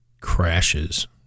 crashes